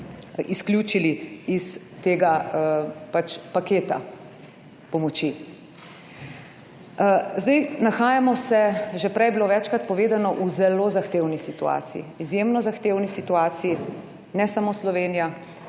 izključili iz tega pač paketa pomoči. Nahajamo se že prej je bilo večkrat povedano v zelo zahtevni situaciji, izjemno zahtevni situaciji ne samo Slovenija